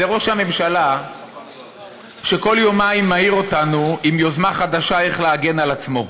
זה ראש הממשלה שכל יומיים מעיר אותנו עם יוזמה חדשה איך להגן על עצמו,